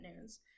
news